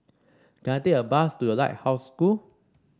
can I take a bus to The Lighthouse School